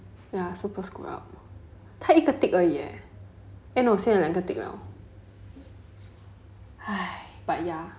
ya super screwed up 他一个 tick 而已 eh eh no 现在两个 tick 了 but ya